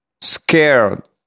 Scared